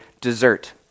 dessert